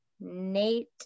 Nate